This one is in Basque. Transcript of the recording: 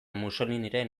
mussoliniren